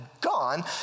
Gone